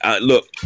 Look